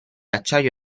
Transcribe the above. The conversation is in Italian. acciaio